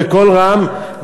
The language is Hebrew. בקול רם,